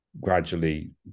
gradually